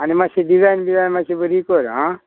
आनी मात्शी डिजायन बिजायन मातशी बरी कर आं